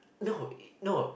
no i~ no